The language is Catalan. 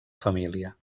família